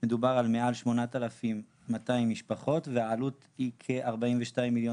מדובר על מעל 8,200 משפחות והעלות היא כ-42 מיליון